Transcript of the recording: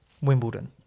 Wimbledon